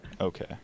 Okay